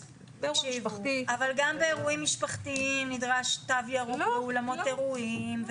אבל גם באירועים משפחתיים נדרש תו ירוק באולמות אירועים.